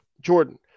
Jordan